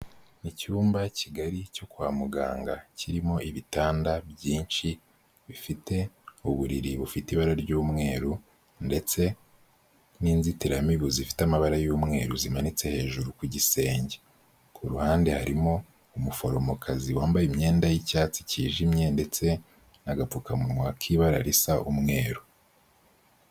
Icyumba kigari cyo kwa muganga kirimo ibitanda byinshi, bifite uburiri bufite ibara ry'umweru, ndetse n'inzitiramibu zifite amabara y'umweru zimanitse hejuru ku gisenge. Ku ruhande harimo umuforomokazi wambaye imyenda y'icyatsi cyijimye ndetse n'agapfukamunwa k'ibara risa umweru.